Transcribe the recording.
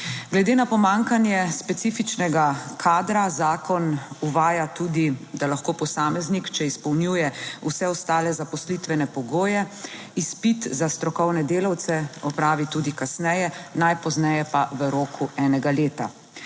Glede na pomanjkanje specifičnega kadra zakon uvaja tudi, da lahko posameznik, če izpolnjuje vse ostale zaposlitvene pogoje, izpit za strokovne delavce opravi tudi kasneje, najpozneje pa v roku enega leta.